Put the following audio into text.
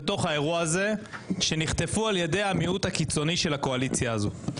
האירוע הזה שנחטפו על ידי המיעוט הקיצוני של הקואליציה הזו.